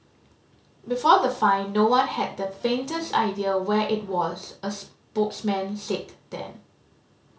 before the find no one had the faintest idea where it was a spokesman said then